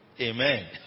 Amen